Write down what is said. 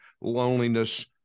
loneliness